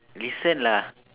listen lah